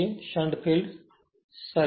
shunt field circuit